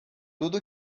tudo